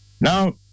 Now